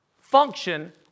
function